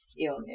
illness